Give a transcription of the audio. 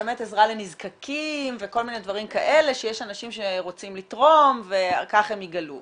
באמת עזרה לנזקקים ודברים כאלה שיש אנשים שרוצים לתרום ועל כך הם יגלו.